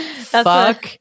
Fuck